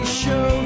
show